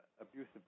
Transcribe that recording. abusive